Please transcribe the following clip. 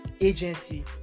agency